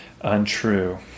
untrue